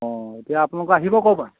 অঁ এতিয়া আপোনোক আহিব ক'ৰপৰা